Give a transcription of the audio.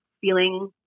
feeling